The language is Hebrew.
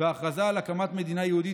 וההכרזה על הקמת מדינה היהודית,